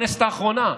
בכנסת האחרונה,